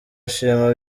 ashima